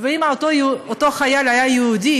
ואם אותו חייל היה יהודי,